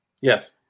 Yes